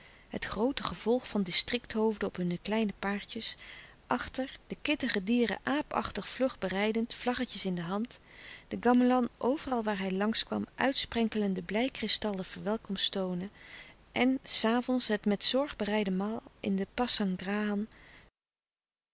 het groote gevolg van districtlouis couperus de stille kracht hoofden op hunne kleine paardjes achter de kittige dieren aapachtig vlug berijdend vlaggetjes in de hand de gamelan overal waar hij langs kwam uitsprenkelende blij kristallen verwelkomsttonen en s avonds het met zorg bereide maal in de pasangrahan